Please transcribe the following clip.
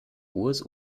urs